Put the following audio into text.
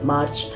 March